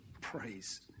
Praise